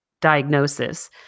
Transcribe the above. diagnosis